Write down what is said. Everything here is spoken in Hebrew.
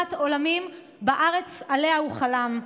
למנוחת עולמים בארץ שעליה הוא חלם,